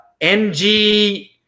mg